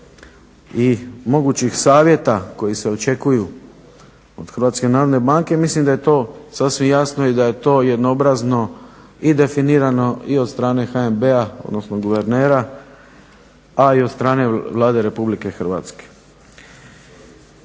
i mogućih savjeta koji se očekuju od Hrvatske narodne banke, mislim da je to sasvim jasno i da je to jednoobrazno i definirano i od strane HNB-a, odnosno guvernera a i od stane Vlade Republike Hrvatske.